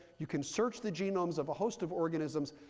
you can search the genomes of a host of organisms,